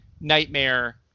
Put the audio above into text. nightmare